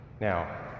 Now